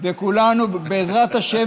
בעזרת השם.